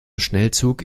schnellzug